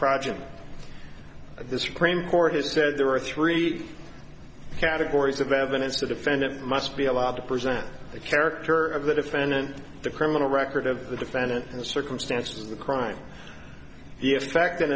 project of the supreme court has said there are three categories of evidence to defendant must be allowed to present the character of the defendant the criminal record of the defendant and the circumstances of the crime the effect